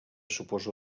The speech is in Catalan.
suposa